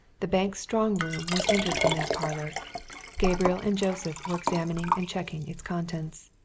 the bank's strong room was entered from that parlour gabriel and joseph were examining and checking its contents.